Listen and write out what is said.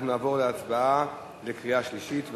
אנחנו נעבור להצבעה בקריאה שלישית.